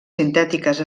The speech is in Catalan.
sintètiques